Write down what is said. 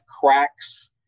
cracks